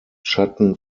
schatten